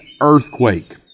earthquake